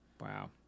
Wow